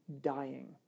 dying